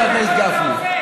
חבר הכנסת גפני,